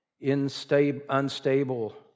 unstable